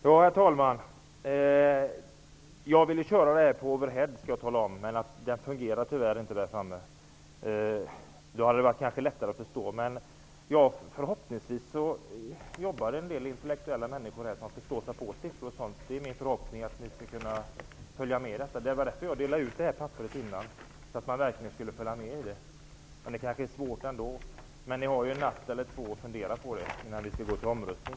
Herr talman! Jag ville illustrera det här med hjälp av overheadapparat, men den fungerade tyvärr inte. Då hade det kanske varit lättare att förstå. Men förhoppningsvis finns det en del intellektuella människor här, som förstår sig på siffror och sådant. Det var min förhoppning att de skulle kunna följa med i mina uträkningar. Det var därför som jag delade ut detta papper innan. Men det är kanske svårt ändå. Ni har ju en natt eller två på er att fundera innan vi skall gå till omröstning.